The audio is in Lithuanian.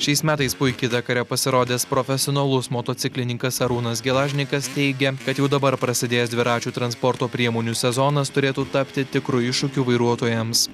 šiais metais puikiai dakare pasirodęs profesionalus motociklininkas arūnas gelažnikas teigia kad jau dabar prasidėjęs dviračių transporto priemonių sezonas turėtų tapti tikru iššūkiu vairuotojams